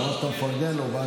הוא שמע שאתה מפרגן לו.